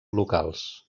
locals